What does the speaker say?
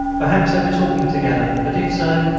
perhaps they were talking together but, if so,